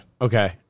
Okay